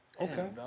okay